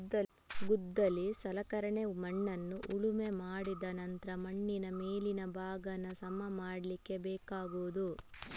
ಗುದ್ದಲಿ ಸಲಕರಣೆ ಮಣ್ಣನ್ನ ಉಳುಮೆ ಮಾಡಿದ ನಂತ್ರ ಮಣ್ಣಿನ ಮೇಲಿನ ಭಾಗಾನ ಸಮ ಮಾಡ್ಲಿಕ್ಕೆ ಬೇಕಾಗುದು